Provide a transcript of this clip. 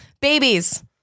babies